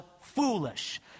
foolish